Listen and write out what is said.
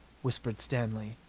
whispered stanley.